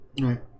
Right